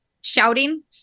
shouting